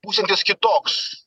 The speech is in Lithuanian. būsiantis kitoks